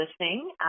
listening